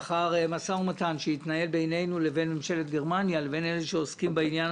לאחר משא ומתן שהתנהל בינינו לבין העוסקים בעניין